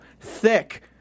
thick